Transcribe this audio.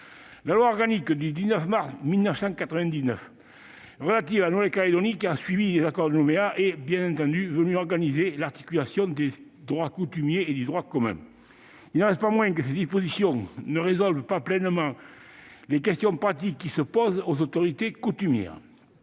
la loi organique du 19 mars 1999 relative à la Nouvelle-Calédonie, qui a suivi les accords de Nouméa, est venue organiser l'articulation des droits coutumiers et du droit commun. Il n'en reste pas moins que les dispositions de cette loi ne résolvent pas pleinement les questions pratiques qui se posent aux autorités coutumières.